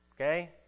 Okay